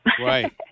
Right